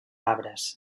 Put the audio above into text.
arbres